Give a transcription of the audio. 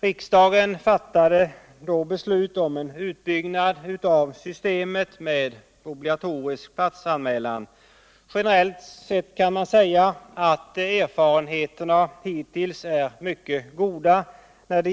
Riksdagen fattade då beslut om en utbyggnad av systemet med obligatorisk platsanmälan. Generellt kan man säga att resultaten av denna verksamhet hittills är mycket goda.